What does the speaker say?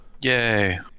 yay